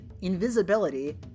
invisibility